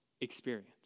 experience